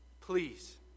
Please